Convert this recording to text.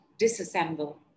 disassemble